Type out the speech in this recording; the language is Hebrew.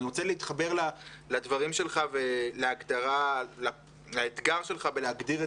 אני רוצה להתחבר לדברים שלך ולאתגר שלך בלהגדיר את